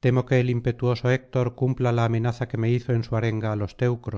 temo que el impetuoso héctor cumpla la amenaza que me hizo en su arenga á los teucros